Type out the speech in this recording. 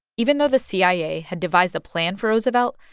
even though the cia had devised a plan for roosevelt,